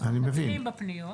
אנחנו מטפלים בפניות,